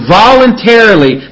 voluntarily